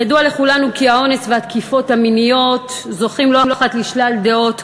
ידוע לכולנו כי האונס והתקיפות המיניות זוכים לא אחת לשלל דעות קדומות,